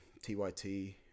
TYT